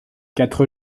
quatre